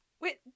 wait